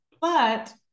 But-